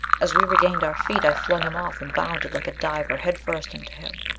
as we regained our feet, i flung him off, and bounded like a diver, head first, into him.